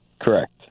Correct